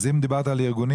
אז אם דיברת על ארגונים,